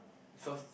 so